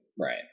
Right